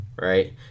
Right